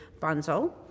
Bunzel